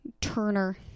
Turner